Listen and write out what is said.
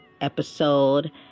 episode